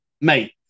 Mate